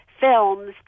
films